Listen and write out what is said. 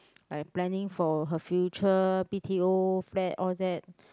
like planning for her future b_t_o flat all that